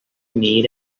need